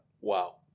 Wow